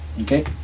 Okay